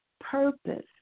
purpose